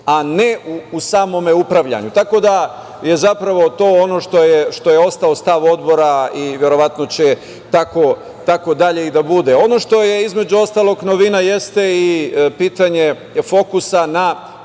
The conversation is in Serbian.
a ne u samom upravljanju. Tako da je zapravo to ono što je ostao stav Odbora i verovatno će tako dalje i biti. Ono što je između ostalog novina jeste i pitanje fokusa na